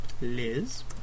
Liz